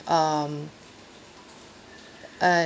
um uh